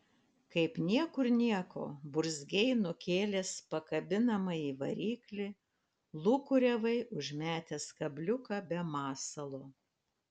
kaip niekur nieko burzgei nukėlęs pakabinamąjį variklį lūkuriavai užmetęs kabliuką be masalo